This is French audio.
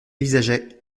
dévisageaient